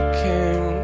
king